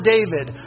David